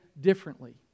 differently